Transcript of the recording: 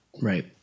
Right